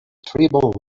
terrible